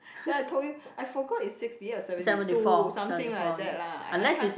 then I told you I forgot is sixty eight or seventy two something like that lah I can't